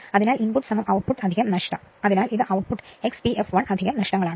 അതിനാൽ input output നഷ്ടം അതിനാൽ ഇത് output X P fl നഷ്ടങ്ങളാണ്